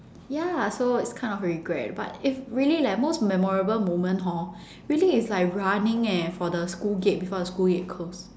ya so it's kind of a regret but if really leh most memorable moment hor really is like running leh for the school gate before the school gate close